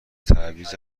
تعویض